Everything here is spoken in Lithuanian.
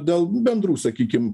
dėl bendrų sakykim